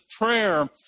prayer